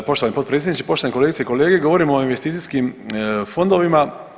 Ok, poštovani potpredsjedniče, poštovane kolegice i kolege govorimo o investicijskim fondovima.